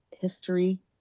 history